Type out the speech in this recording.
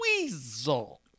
weasel